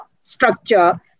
structure